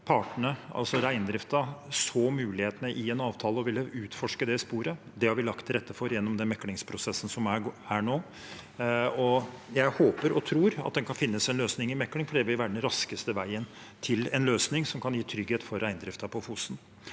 Partene, altså reindriften, så mulighetene i en avtale og ville utforske det sporet. Det har vi lagt til rette for gjennom den meklingsprosessen som pågår nå. Jeg håper og tror at det kan finnes en løsning i mekling, for det vil være den raskeste veien til en løsning som kan gi trygghet for reindriften på Fosen.